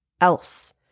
else